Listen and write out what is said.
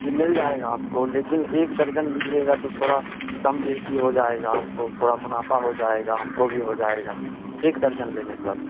جی مل جائے گا آپ کو لیکن ایک درجن لیجیے گا تو تھوڑا کم بیشی ہو جائے گا آپ کو تھوڑا منافع ہو جائے گا ہم کو بھی ہو جائے گا ایک درجن لینے پر